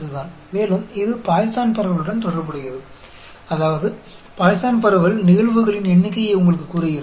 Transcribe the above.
इसलिए यदि आप देख रहे हैं तो सड़कों पर दुर्घटनाएँ कहें